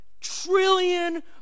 trillion